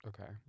Okay